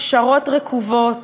פשרות רקובות